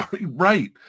Right